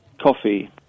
coffee